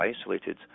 isolated